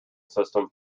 system